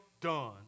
done